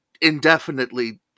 indefinitely